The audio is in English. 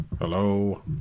Hello